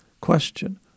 question